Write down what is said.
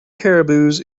caribous